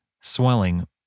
swelling